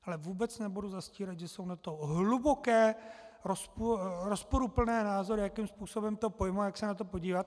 Ale vůbec nebudu zastírat, že jsou na to hluboké rozporuplné názory, jakým způsobem to pojmout, jak se na to podívat.